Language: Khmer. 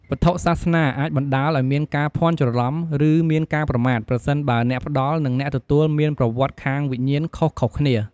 វត្ថុសាសនាអាចបណ្តាលឱ្យមានការភ័ន្តច្រឡំ ឬមានការប្រមាថ ប្រសិនបើអ្នកផ្តល់ និងអ្នកទទួលមានប្រវត្តិខាងវិញ្ញាណខុសៗគ្នា។